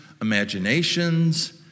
imaginations